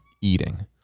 eating